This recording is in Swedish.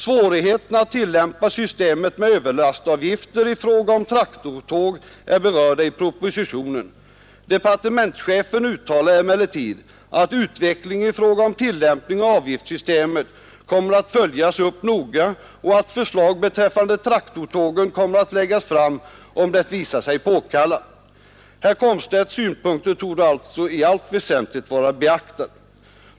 Svårigheten att tillämpa systemet med Överlastavgifter i fråga om traktortåg är berörd i propositionen. Departementschefen uttalar emellertid att utvecklingen i fråga om tillämpningen av avgiftssystemet kommer att följas upp noga och att förslag beträffande traktortågen kommer att läggas fram om det visar sig påkallat. Herr Komstedts synpunkter torde alltså i allt väsentligt vara beaktade.